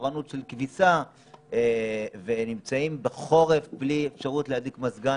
תורנות של כביסה ונמצאים בחורף בלי אפשרות להדליק מזגן